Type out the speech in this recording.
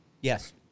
Yes